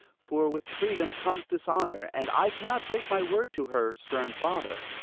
for with freedom comes dishonor, and i cannot break my word to her stern father.